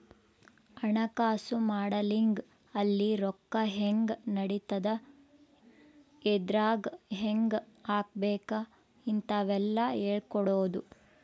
ಹಣಕಾಸು ಮಾಡೆಲಿಂಗ್ ಅಲ್ಲಿ ರೊಕ್ಕ ಹೆಂಗ್ ನಡಿತದ ಎದ್ರಾಗ್ ಹೆಂಗ ಹಾಕಬೇಕ ಇಂತವೆಲ್ಲ ಹೇಳ್ಕೊಡೋದು